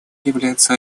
является